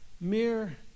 mere